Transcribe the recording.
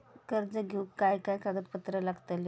कर्ज घेऊक काय काय कागदपत्र लागतली?